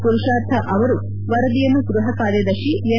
ಪುರುಷಾರ್ಥ ಅವರು ವರದಿಯನ್ನು ಗ್ಬಹ ಕಾರ್ಯದರ್ಶಿ ಎನ್